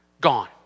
Gone